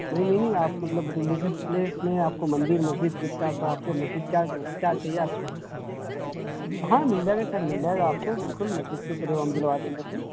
نہیں نہیں نہیں آپ مطلب ریلیجیس پلیس میں آپ کو مندر مسجد آپ کے مسجد کیا کیا چاہیے آپ کو ہاں مل جائے گا سر مل جائے گا آپ کو بالکل مسجد کے کریب ہم دلوا دیں گے سر